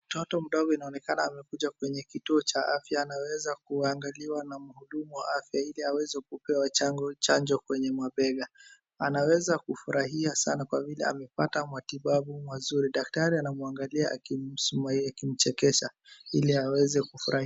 Mtoto mdogo inaonekana amekuja kwenye kituo cha afya anaweza kuangaliwa na mhuduma wa afya ili aweze kupewa chango, chanjo kwenye mabega. Anaweza kufurahia sana kwa vile amepata matibabu mazuri. Daktari anamwangalia akimchekesha, ili aweze kufurahia.